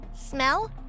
Smell